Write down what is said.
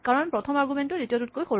কাৰণ প্ৰথম আৰগুমেন্টটো দ্বিতীয়টোতকৈ সৰু